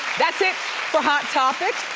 that's it for hot topics,